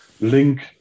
link